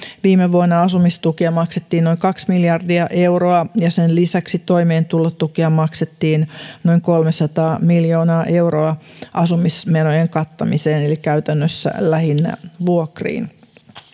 viime vuonna asumistukea maksettiin noin kaksi miljardia euroa ja sen lisäksi toimeentulotukea maksettiin noin kolmesataa miljoonaa euroa asumismenojen kattamiseen eli käytännössä lähinnä vuokriin